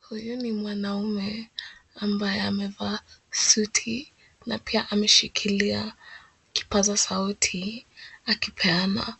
Huyu ni mwanaume ambaye amevaa suti na pia ameshikilia kipaza sauti akipeana